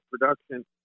production